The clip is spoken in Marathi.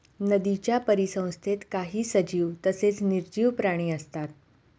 नदीच्या परिसंस्थेत काही सजीव तसेच निर्जीव प्राणी असतात